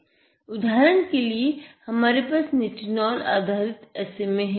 उदाहरन के लिए हमारे पास निटिनोल आधारित SMA है